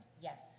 Yes